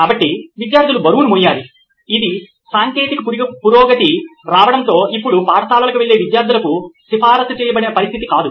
కాబట్టి విద్యార్థులు బరువును మోయాలి ఇది సాంకేతిక పురోగతి రావడంతో ఇప్పుడు పాఠశాలకు వెళ్లే విద్యార్థులకు సిఫారసు చేయబడిన పరిస్థితి కాదు